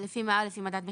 לפי מדד מחירים?